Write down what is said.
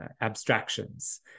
abstractions